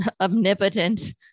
omnipotent